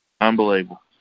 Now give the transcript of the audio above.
Unbelievable